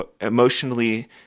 emotionally